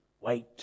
wait